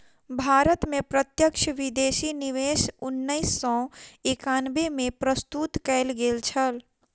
भारत में प्रत्यक्ष विदेशी निवेश उन्नैस सौ एकानबे में प्रस्तुत कयल गेल छल